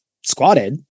squatted